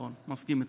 נכון, מסכים איתך.